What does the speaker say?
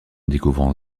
découvrant